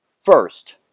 First